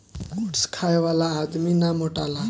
oats खाए से आदमी ना मोटाला